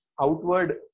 outward